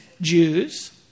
Jews